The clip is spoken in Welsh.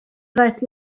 ddaeth